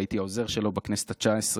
שהייתי העוזר שלו בכנסת התשע-עשרה.